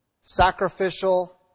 sacrificial